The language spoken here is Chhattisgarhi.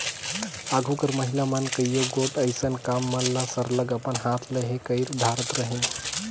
आघु कर महिला मन कइयो गोट अइसन काम मन ल सरलग अपन हाथ ले ही कइर धारत रहिन